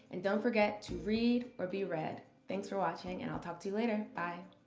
and don't forget to read or be read. thanks for watching, and i'll talk to you later. bye.